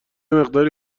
مقداری